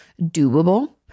doable